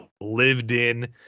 lived-in